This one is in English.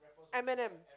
Eminem